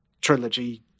trilogy